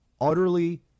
utterly